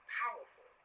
powerful